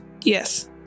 Yes